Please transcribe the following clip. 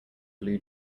blue